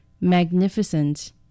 magnificent